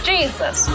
Jesus